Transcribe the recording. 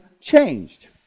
changed